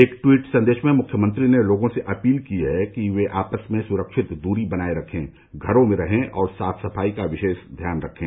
एक ट्वीट संदेश में मुख्यमंत्री ने लोगों से अपील की है कि वे आपस में सुरक्षित दूरी बनाए रखें घरों में रहें और साफ सफाई का विशेष ख्याल रखें